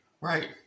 right